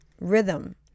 rhythm